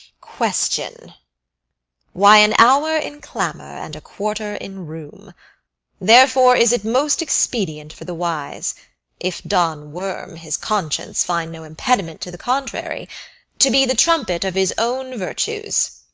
question why, an hour in clamour and a quarter in rheum therefore is it most expedient for the wise if don worm, his conscience, find no impediment to the contrary to be the trumpet of his own virtues,